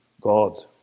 God